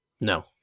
No